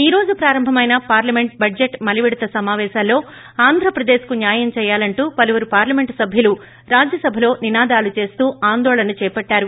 ఈ రోజు ప్రారంభం అయిన పార్లమెంటు బడ్లెట్ మలి విడత ఆంధ్రప్రదేశ్కు న్యాయం చేయాలంటూ పలువురు పార్లమెంట్ సభ్యులు రాజ్యసభలో నినాదాలు చేస్తూ ఆందోళన చేపట్లారు